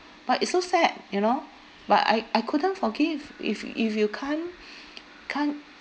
but it's so sad you know but I I couldn't forgive if if you can't can't